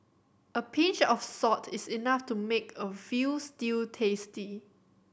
a pinch of salt is enough to make a veal stew tasty